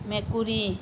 মেকুৰী